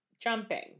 jumping